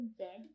Okay